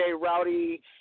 Rowdy